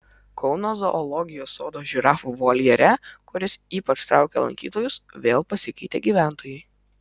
kauno zoologijos sodo žirafų voljere kuris ypač traukia lankytojus vėl pasikeitė gyventojai